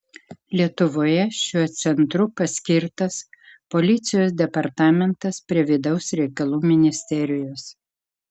lietuvoje šiuo centru paskirtas policijos departamentas prie vidaus reikalų ministerijos